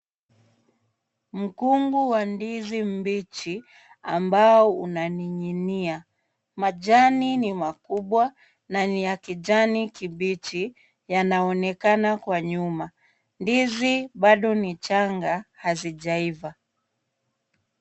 Mkungu wa ndizi mbichi ambao unaning'inia. Majani ni makubwa na ni ya kijani kibichi yanaonekana kwa nyuma. Ndizi bado ni changa hazijaiva.